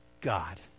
God